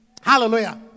Hallelujah